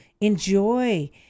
enjoy